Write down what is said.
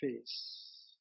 face